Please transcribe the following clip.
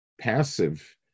passive